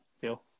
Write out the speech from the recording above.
feel